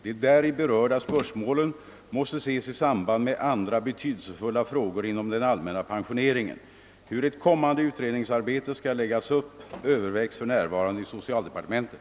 De däri berörda spörsmålen måste ses i samband med andra betydelsefulla frågor inom den allmänna pensioneringen. Hur ett kommande utredningsarbete skall läggas upp övervägs för närvarande i socialdepartementet.